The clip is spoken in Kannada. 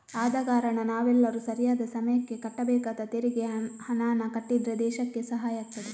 ಆದ ಕಾರಣ ನಾವೆಲ್ಲರೂ ಸರಿಯಾದ ಸಮಯಕ್ಕೆ ಕಟ್ಟಬೇಕಾದ ತೆರಿಗೆ ಹಣಾನ ಕಟ್ಟಿದ್ರೆ ದೇಶಕ್ಕೆ ಸಹಾಯ ಆಗ್ತದೆ